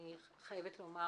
אני חייבת לומר